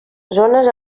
zones